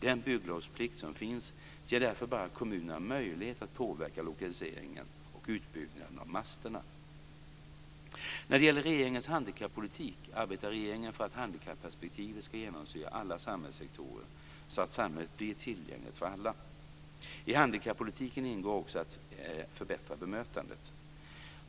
Den bygglovsplikt som finns ger därför bara kommunerna möjlighet att påverka lokaliseringen och utbyggnaden av masterna. När det gäller regeringens handikappolitik arbetar regeringen för att handikapperspektivet ska genomsyra alla samhällssektorer, så att samhället blir tillgängligt för alla. I handikappolitiken ingår också att förbättra bemötandet.